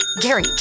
Gary